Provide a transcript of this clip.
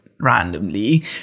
randomly